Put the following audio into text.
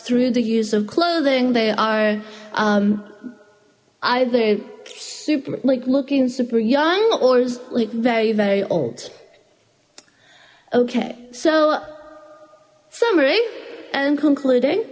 through the use of clothing they are either super like looking super young or like very very old okay so summary and concluding